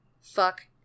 Fuck